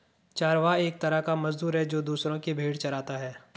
चरवाहा एक तरह का मजदूर है, जो दूसरो की भेंड़ चराता है